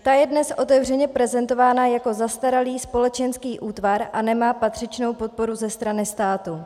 Ta je dnes otevřeně prezentována jako zastaralý společenský útvar a nemá patřičnou podporu ze strany státu.